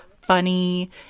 funny